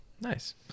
Nice